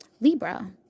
Libra